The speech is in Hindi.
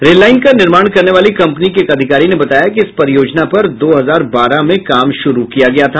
रेल लाइन का निर्माण करने वाली कंपनी के एक अधिकारी ने बताया कि इस परियोजना पर दो हजार बारह में काम शुरू किया गया था